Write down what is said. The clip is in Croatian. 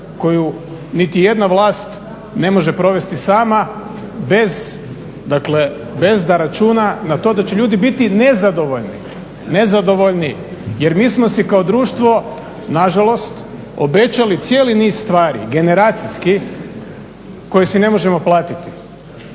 koju niti jedna vlast ne može provesti sama bez dakle, bez da računa na to da će ljudi biti nezadovoljni, nezadovoljni jer mi smo se kao društvo nažalost obećali cijeli niz stvari, generacijski koji si ne možemo platiti